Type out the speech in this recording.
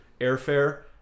airfare